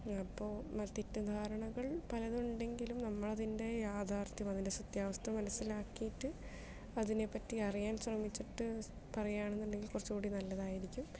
അപ്പോൾ തെറ്റിദ്ധാരണകൾ പലതും ഉണ്ടെങ്കിലും നമ്മൾ അതിൻറെ യാഥാർത്ഥ്യം അതിൻറെ സത്യാവസ്ഥ മനസ്സിലാക്കിയിട്ട് അതിനെപ്പറ്റി അറിയാൻ ശ്രമിച്ചിട്ട് പറയാണെന്നുണ്ടെങ്കിൽ കുറച്ചുകൂടി നല്ലതായിരിക്കും